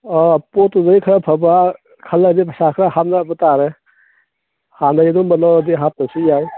ꯑꯥ ꯄꯣꯠꯇꯨꯗꯩ ꯈꯔ ꯐꯕ ꯈꯜꯂꯗꯤ ꯄꯩꯁꯥ ꯈꯔ ꯍꯥꯞꯅꯕ ꯇꯥꯔꯦ ꯍꯥꯟꯅꯒꯤ ꯑꯗꯨꯝꯕ ꯂꯧꯔꯗꯤ ꯍꯥꯞꯇ꯭ꯔꯁꯨ ꯌꯥꯏ